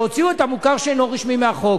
שיוציאו את המוכר שאינו רשמי מהחוק.